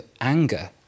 anger